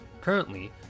Currently